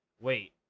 wait